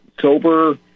sober